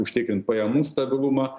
užtikrint pajamų stabilumą